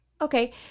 Okay